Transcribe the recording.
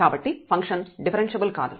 కాబట్టి function differentiable కాదు